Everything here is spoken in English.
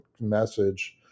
message